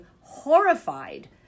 horrified